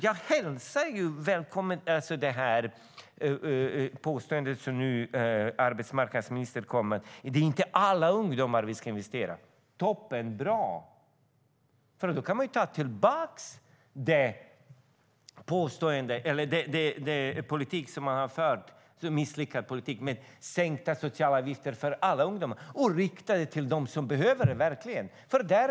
Jag välkomnar det påstående som arbetsmarknadsministern kommer med, att det inte är alla ungdomar som vi ska investera i. Toppenbra! Då kan man ju ta tillbaka den misslyckade politik som man har fört, med sänkta socialavgifter för alla ungdomar, och rikta dem till de ungdomar som verkligen behöver det.